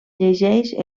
llegeix